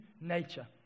nature